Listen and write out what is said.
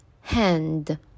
hand